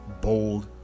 bold